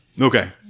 Okay